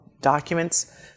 documents